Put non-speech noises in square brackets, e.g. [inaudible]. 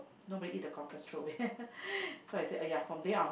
nobody eat the cockles throw away [laughs] so I say !aiya! from then onward